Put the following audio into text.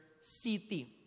city